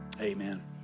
amen